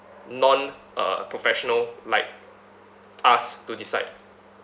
non uh professional like us to decide